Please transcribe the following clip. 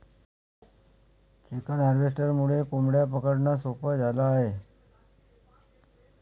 chicken हार्वेस्टरमुळे कोंबड्या पकडणं सोपं झालं आहे